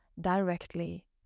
directly